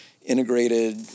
integrated